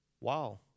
Wow